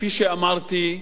כפי שאמרתי,